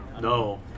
No